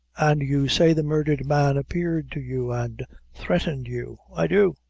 and you say the murdered man appeared to you and threatened you? i do.